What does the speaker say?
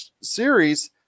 series